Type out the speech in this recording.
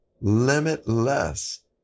limitless